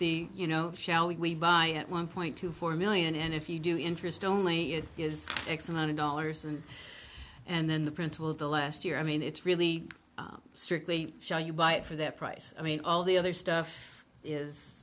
the you know shall we buy one point two four million and if you do interest only it is x amount of dollars and and then the principle of the last year i mean it's really strictly show you buy it for their price i mean all the other stuff is